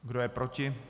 Kdo je proti?